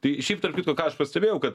tai šiaip tarp kitko ką aš pastebėjau kad